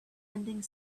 ending